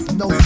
no